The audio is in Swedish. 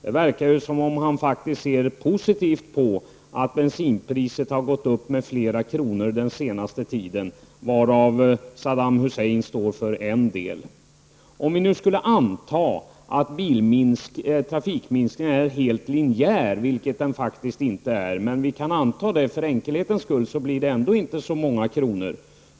Det verkar som om han faktiskt ser positivt på att bensinpriset har gått upp med flera kronor den senaste tiden, varav Saddam Hussein står för en del. Om vi nu för enkelhetens skulle anta att trafikminskningen är helt linjeär, vilket den faktiskt inte är, blir det ändå inte så många kronor.